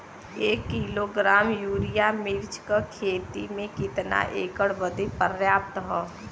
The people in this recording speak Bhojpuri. एक किलोग्राम यूरिया मिर्च क खेती में कितना एकड़ बदे पर्याप्त ह?